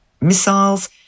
missiles